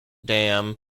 dam